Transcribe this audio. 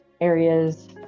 areas